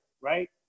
right